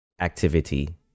activity